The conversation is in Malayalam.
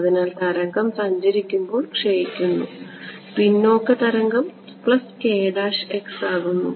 അതിനാൽ തരംഗം സഞ്ചരിക്കുമ്പോൾ ക്ഷയിക്കുന്നു പിന്നോക്ക തരംഗം ആകുന്നു